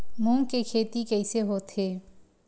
मूंग के खेती कइसे होथे?